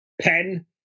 pen